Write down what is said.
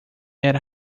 era